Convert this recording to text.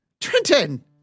Trenton